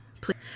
please